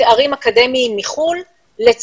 הם יכולים לעשות את הקורס הזה עוד בצרפת.